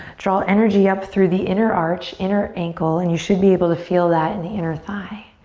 draw energy up through the inner arch, inner ankle and you should be able to feel that in the inner thigh.